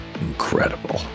incredible